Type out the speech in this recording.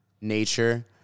nature